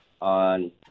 on